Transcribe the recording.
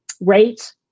rate